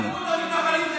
אלימות המתנחלים זה